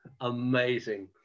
amazing